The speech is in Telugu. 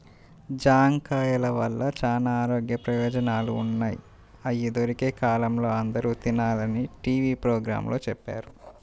జాంకాయల వల్ల చానా ఆరోగ్య ప్రయోజనాలు ఉన్నయ్, అయ్యి దొరికే కాలంలో అందరూ తినాలని టీవీ పోగ్రాంలో చెప్పారు